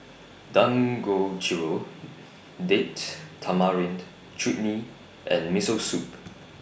Dangojiru Date Tamarind Chutney and Miso Soup